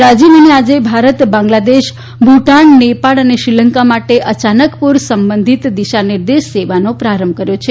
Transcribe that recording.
રાજીવને આજે ભારત બાંગ્લાદેશ ભૂટાન નેપાળ અને શ્રીલંકા માટે અચાનક પૂર સંબંધિત દિશા નિર્દેશ સેવાનો પ્રારંભ કર્યો છે